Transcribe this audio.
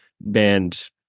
banned